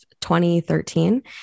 2013